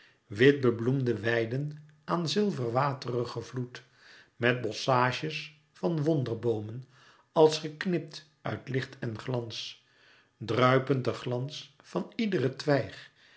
wit bebloemde weiden aan zilverwaterigen vloed met bosschages van wonderboomen als geknipt uit licht en glans druipend de glans van iedere twijg